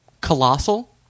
Colossal